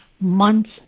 months